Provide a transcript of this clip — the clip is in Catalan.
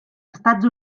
estats